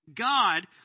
God